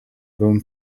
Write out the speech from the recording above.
run